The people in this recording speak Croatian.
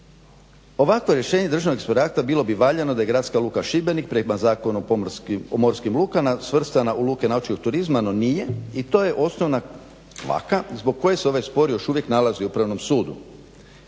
Ovako rješenje državnog inspektorata bilo bi valjano da je Gradska luka Šibenik prema Zakonu o pomorskim lukama svrstana u luke nautičkog turizma, no nije i to je osnovna kvaka zbog koje se ovaj spor još uvijek nalazi u Upravnom sudu.